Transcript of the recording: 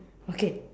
okay